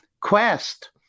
quest